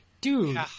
dude